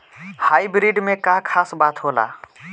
Hybrid में का खास बात होला?